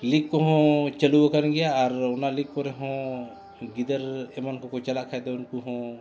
league ᱠᱚᱦᱚᱸ ᱪᱟᱹᱞᱩᱣ ᱟᱠᱟᱱ ᱜᱮᱭᱟ ᱟᱨ ᱚᱱᱟ ᱞᱤᱜᱽ ᱠᱚᱨᱮ ᱦᱚᱸ ᱜᱤᱫᱟᱹᱨ ᱮᱢᱟᱱ ᱠᱚᱠᱚ ᱪᱟᱞᱟᱜ ᱠᱷᱟᱱ ᱫᱚ ᱩᱱᱠᱩ ᱦᱚᱸ